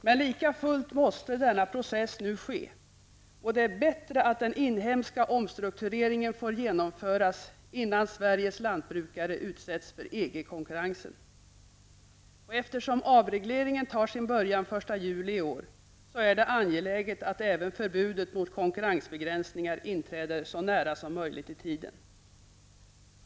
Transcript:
Men lika fullt måste denna process nu ske, och det är bättre att den inhemska omstruktureringen får genomföras innan Sveriges lantbrukare utsätts för EG-konkurrensen. Eftersom avregleringen tar sin början den 1 juli i år, är det angeläget att även förbudet mot konkurrensbegränsningar inträder så nära som möjligt i tiden.